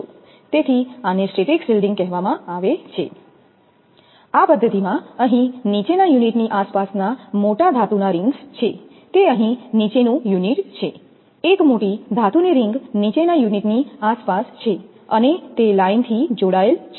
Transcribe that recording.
તેથી આને સ્ટેટિકશિલ્ડિંગ કહેવામાં આવે છે આ પદ્ધતિમાં અહીં નીચેના યુનિટ ની આસપાસના મોટા ધાતુના રિંગ્સ છે તે અહીં નીચે નું યુનિટ છે એક મોટી ધાતુની રિંગ નીચેના યુનિટની આસપાસ છે અને તે લાઇનથી જોડાયેલ છે